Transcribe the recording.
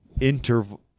interval